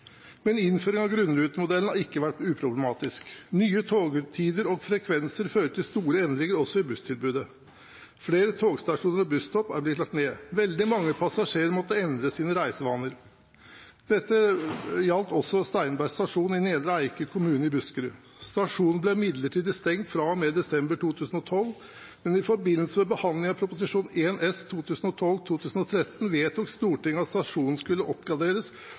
Men innføringen av grunnrutemodellen har ikke vært uproblematisk. Nye togtider og frekvenser fører til store endringer også i busstilbudet. Flere togstasjoner og busstopp er blitt lagt ned. Veldig mange passasjerer måtte endre sine reisevaner. Dette gjaldt også ved Steinberg stasjon i Nedre Eiker kommune i Buskerud. Stasjonen ble midlertidig stengt fra og med desember 2012, men i forbindelse med behandlingen av Prop. 1 S for 2012–2013 vedtok Stortinget at stasjonen skulle oppgraderes